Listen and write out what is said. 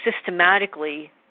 systematically